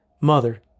Mother